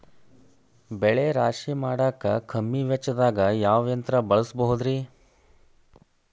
ಬೆಳೆ ರಾಶಿ ಮಾಡಾಕ ಕಮ್ಮಿ ವೆಚ್ಚದಾಗ ಯಾವ ಯಂತ್ರ ಬಳಸಬಹುದುರೇ?